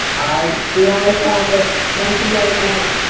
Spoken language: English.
aye. the ayes have it. thank you very much.